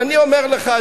ואני אומר לך,